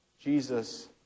Jesus